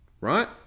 right